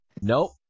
Nope